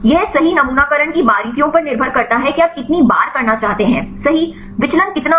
यह सही नमूनाकरण की बारीकियों पर निर्भर करता है कि आप कितनी बार करना चाहते हैं सही विचलन कितना हो